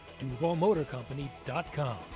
DuvalMotorCompany.com